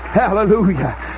hallelujah